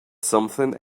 something